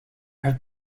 have